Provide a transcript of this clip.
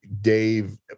Dave